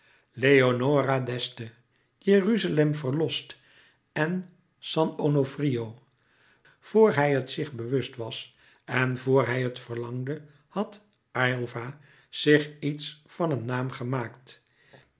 leonore d'este jeruzalem verlost en san onofrio voor hij het zich bewust was en voor hij het verlangde had aylva zich iets van een naam gemaakt